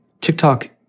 TikTok